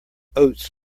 oats